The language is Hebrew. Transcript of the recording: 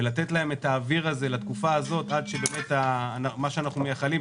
ולתת להם את האוויר הזה לתקופה הזאת עד שבאמת מה שאנחנו מייחלים,